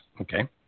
Okay